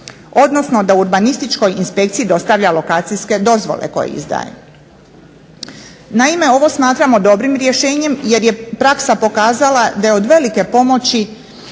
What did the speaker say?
odnosno da Urbanističkoj inspekciji dostavlja lokacijske dozvole koje izdaje. Naime, ovo smatramo dobrim rješenjem jer je praksa pokazala da je od velike pomoći